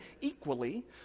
equally